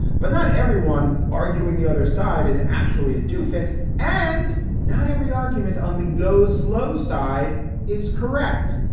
but not everyone arguing the other side is actually a doofus and not every argument on the go-slow side is correct.